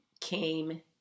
came